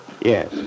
Yes